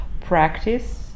practice